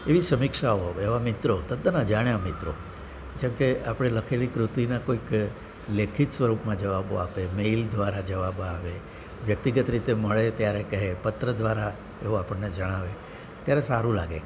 એવી સમીક્ષાઓ એવી એવા મિત્રો તદ્દન અજાણ્યા મિત્રો જેમ કે આપણે લખેલી કૃતિના કોઈક લેખિત સ્વરૂપમાં જવાબો આપે મેઈલ દ્વારા જવાબો આવે વ્યક્તિગત રીતે મળે ત્યારે કહે પત્ર દ્વારા તેઓ આપણને જણાવે ત્યારે સારું લાગે